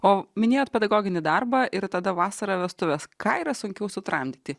o minėjot pedagoginį darbą ir tada vasarą vestuves ką yra sunkiau sutramdyti